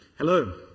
Hello